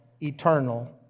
eternal